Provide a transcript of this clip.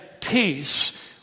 peace